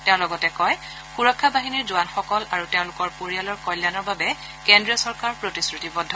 তেওঁ লগতে কয় সুৰক্ষা বাহিনী জোৱানসকল আৰু তেওঁলোকৰ পৰিয়ালৰ কল্যাণৰ বাবে কেন্দ্ৰীয় চৰকাৰ প্ৰতিশ্ৰতিবদ্ধ